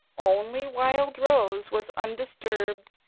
only wildrose was undisturbed,